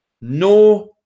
no